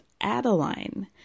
Adeline